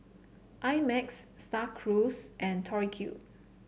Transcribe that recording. I Max Star Cruise and Tori Q